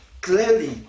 clearly